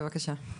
בבקשה.